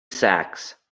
sacks